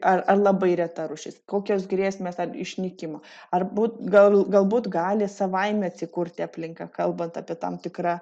ar ar labai reta rūšis kokios grėsmės ar išnykimo ar būt gal galbūt gali savaime atsikurti aplinka kalbant apie tam tikrą